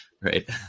right